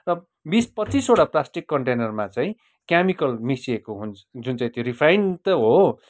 बिस पच्चिसवटा प्लास्टिक कन्टेनरमा चाहिँ केमिकल मिसिएको हुन्छ जुन चाहिँ त्यो रिफाइन त हो